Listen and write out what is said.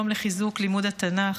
היום לחיזוק לימוד התנ"ך.